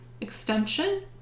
extension